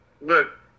look